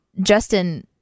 Justin